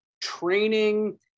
training